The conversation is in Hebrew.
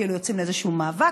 כאילו יוצאים לאיזשהו מאבק,